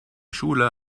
schule